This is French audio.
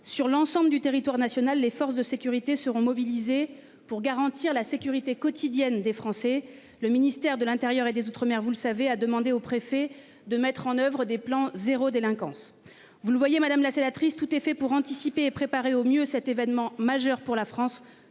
sur l'ensemble du territoire national. Les forces de sécurité seront mobilisés pour garantir la sécurité quotidienne des Français. Le ministère de l'Intérieur et des Outre-mer. Vous le savez, a demandé aux préfets de mettre en oeuvre des plans zéro délinquance, vous le voyez, madame la sénatrice, tout est fait pour anticiper et préparer au mieux cet événement majeur pour la France